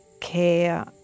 care